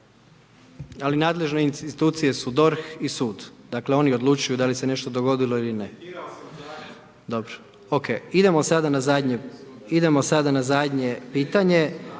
Ali nadležne institucije su DORH i sud. Dakle, oni odlučuju da li se nešto dogodilo ili ne. Dobro, ok. Idemo sada na zadnje pitanje.